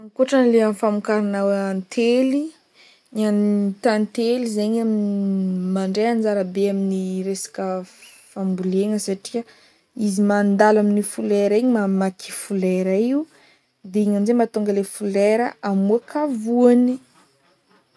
Ankoatran'ny le amy famokarana antely, ny an- ny tantely zegny am- mandray anjara be amin'ny resaka f- fambolena satria izy mandalo amy folera igny mamaky folera io de igny amzay mahatonga le folera amoaka voany.